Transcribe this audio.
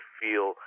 feel